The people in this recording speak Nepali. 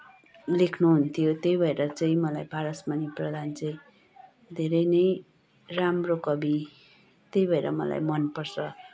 लेख्नुहुन्थ्यो त्यही भएर मलाई पारसमणि प्रधान चाहिँ धेरै नै राम्रो कवि त्यही भएर मलाई मनपर्छ